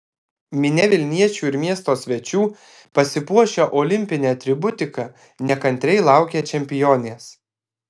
minia vilniečių ir miesto svečių pasipuošę olimpine atributika nekantriai laukė čempionės